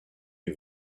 die